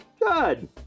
Good